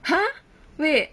!huh! wait